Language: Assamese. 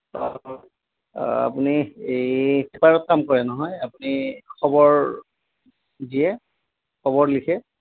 অঁ আপুনি এই পেপাৰত কাম কৰে নহয় আপুনি খবৰ দিয়ে খবৰ লিখে